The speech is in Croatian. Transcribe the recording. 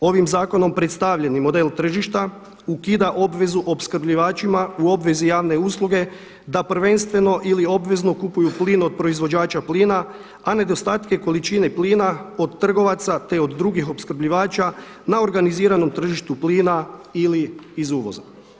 Novi, ovim zakonom predstavljeni model tržišta ukida obvezu opskrbljivačima u obvezi javne usluge, da prvenstveno ili obvezno kupuju plin od proizvođača plina, a nedostatke količine plina od trgovaca, te od drugih opskrbljivača na organiziranom tržištu plina ili iz uvoza.